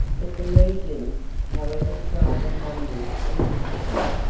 but the legions, however strong in numbers and discipline,